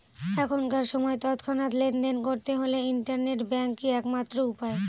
এখনকার সময় তৎক্ষণাৎ লেনদেন করতে হলে ইন্টারনেট ব্যাঙ্কই এক মাত্র উপায়